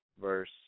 verse